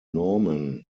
norman